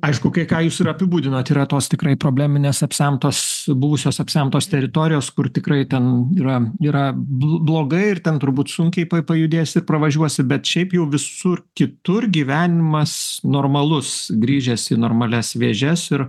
aišku kai ką jūs ir apibūdinot yra tos tikrai probleminės apsemtos buvusios apsemtos teritorijos kur tikrai ten yra yra blogai ir ten turbūt sunkiai pajudėsi ir pravažiuosi bet šiaip jau visur kitur gyvenimas normalus grįžęs į normalias vėžes ir